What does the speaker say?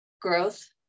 growth